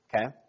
Okay